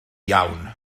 iawn